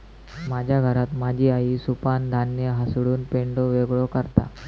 माझ्या घरात माझी आई सुपानं धान्य हासडून पेंढो वेगळो करता